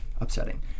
upsetting